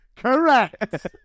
Correct